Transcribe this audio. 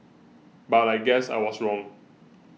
but I guess I was wrong